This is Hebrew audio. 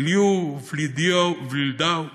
ליאן ווילדאו,